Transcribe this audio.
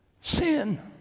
sin